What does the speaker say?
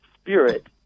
spirit